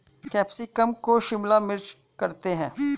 capsicum को शिमला मिर्च करते हैं